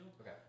Okay